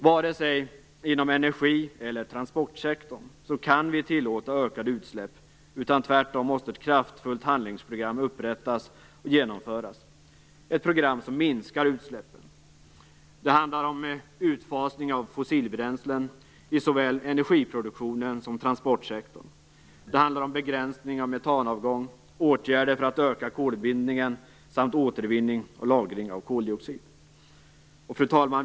Varken inom energi eller inom transportsektorn kan vi tillåta ökade utsläpp, utan tvärtom måste ett kraftfullt handlingsprogram upprättas och genomföras, ett program för att minska utsläppen. Det handlar om utfasning av fossilbränslen inom såväl energiproduktionen och transportsektorn. Det handlar om begränsning av metanavgång, åtgärder för att öka kolbindningen samt återvinning och lagring av koldioxid. Fru talman!